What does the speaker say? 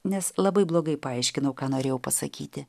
nes labai blogai paaiškinau ką norėjau pasakyti